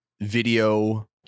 video